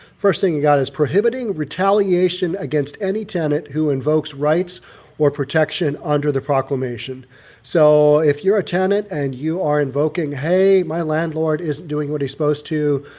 first thing you got is prohibiting retaliation against any tenant who invokes rights or protection under the proclamation so if you're a tenant and you are invoking, hey, my landlord isn't doing what he's supposed to,